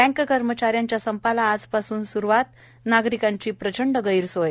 bank कर्मचाऱ्याचा संपाला आजपासून स्रूवात नागरिकांची प्रचंड गैरसोय